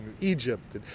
Egypt